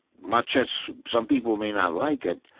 much as some people may not like it,